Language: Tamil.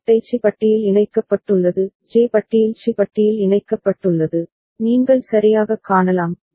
ஜே பட்டை சி பட்டியில் இணைக்கப்பட்டுள்ளது ஜே பட்டியில் சி பட்டியில் இணைக்கப்பட்டுள்ளது நீங்கள் சரியாகக் காணலாம்